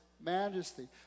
majesty